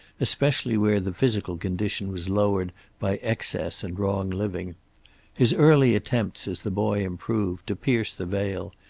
especially where the physical condition was lowered by excess and wrong-living his early attempts, as the boy improved, to pierce the veil,